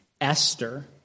esther